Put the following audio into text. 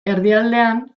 erdialdean